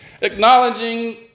Acknowledging